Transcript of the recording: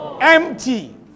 empty